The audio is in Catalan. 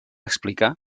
explicar